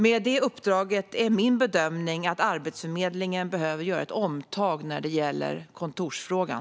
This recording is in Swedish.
Med det uppdraget är min bedömning att Arbetsförmedlingen behöver göra ett omtag när det gäller kontorsfrågan.